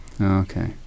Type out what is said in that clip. okay